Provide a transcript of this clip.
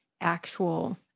actual